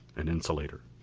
an insulator,